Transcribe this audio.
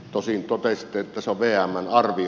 tosin totesitte että se on vmn arvio